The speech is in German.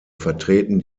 vertreten